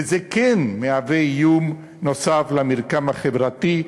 וזה כן מהווה איום נוסף על המרקם החברתי,